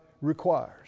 requires